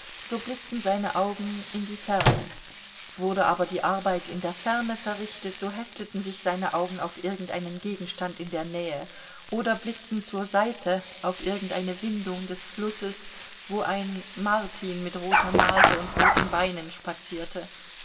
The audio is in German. so blickten seine augen in die ferne wurde aber die arbeit in der ferne verrichtet so hefteten sich seine augen auf irgendeinen gegenstand in der nähe oder blickten zur seite auf irgendeine windung des flusses wo ein martin mit roter nase und roten beinen spazierte